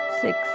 six